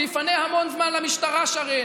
זה יפנה המון זמן למשטרה, שרן.